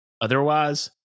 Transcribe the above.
otherwise